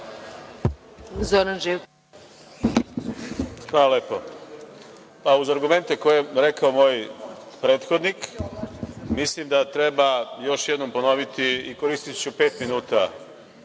Hvala lepo. Uz argumente koje je rekao moj prethodnik, mislim da treba još jednom ponoviti, koristiću pet minuta